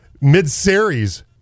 mid-series